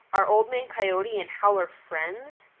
are old man coyote and howler friends?